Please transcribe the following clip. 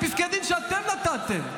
אלה פסקי דין שאתם נתתם.